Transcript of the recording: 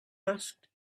asked